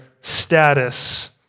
status